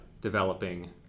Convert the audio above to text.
developing